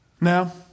Now